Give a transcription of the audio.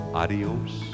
adios